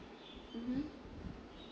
mmhmm